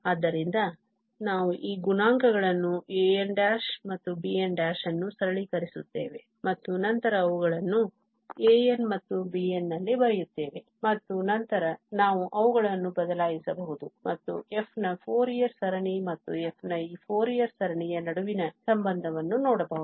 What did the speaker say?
ಆದ್ದರಿಂದ ನಾವು ಈ ಗುಣಾಂಕಗಳನ್ನು an ಮತ್ತು b'n ಅನ್ನು ಸರಳೀಕರಿಸುತ್ತೇವೆ ಮತ್ತು ನಂತರ ಅವುಗಳನ್ನು an ಮತ್ತು bn ನಲ್ಲಿ ಬರೆಯುತ್ತೇವೆ ಮತ್ತು ನಂತರ ನಾವು ಅವುಗಳನ್ನು ಬದಲಾಯಿಸಬಹುದು ಮತ್ತು f ನ ಫೋರಿಯರ್ ಸರಣಿ ಮತ್ತು f ನ ಈ ಫೋರಿಯರ್ ಸರಣಿಯ ನಡುವಿನ ಸಂಬಂಧವನ್ನು ನೋಡಬಹುದು